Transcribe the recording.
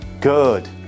Good